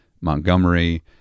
Montgomery